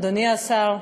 אדוני השר,